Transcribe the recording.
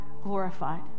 glorified